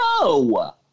No